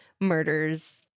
murders